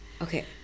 Okay